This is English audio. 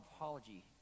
apology